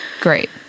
Great